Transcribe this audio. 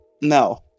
No